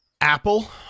apple